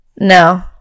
No